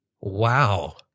Wow